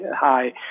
hi